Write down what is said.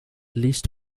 least